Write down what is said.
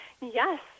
Yes